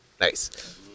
Nice